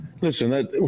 listen